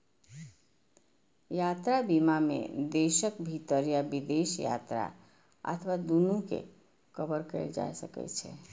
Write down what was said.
यात्रा बीमा मे देशक भीतर या विदेश यात्रा अथवा दूनू कें कवर कैल जा सकै छै